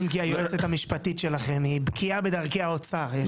היועצת המשפטית שלכם, היא בקיאה בדרכי האוצר.